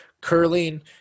curling